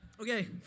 Okay